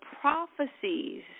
prophecies